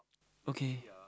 okay